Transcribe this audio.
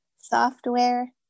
software